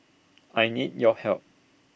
I need your help